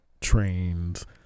trains